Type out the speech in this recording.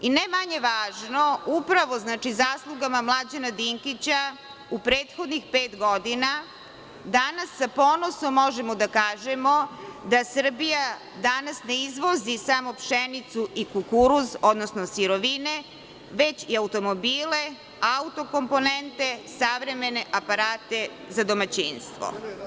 Ne manje važno, upravo zaslugama Mlađana Dinkića u prethodnih pet godina, danas s ponosom možemo da kažemo, da Srbija danas ne izvozi samo pšenicu i kukuruz, odnosno sirovine, već i automobile, auto komponente, savremene aparate za domaćinstvo.